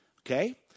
Okay